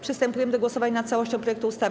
Przystępujemy do głosowania nad całością projektu ustawy.